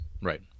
right